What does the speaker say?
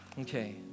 Okay